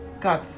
God